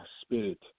spirit